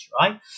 right